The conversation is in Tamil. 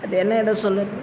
அது என்ன இடம் சொல்லுவாங்க